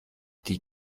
die